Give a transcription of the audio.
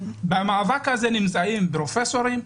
במאבק הזה נמצאים פרופסורים,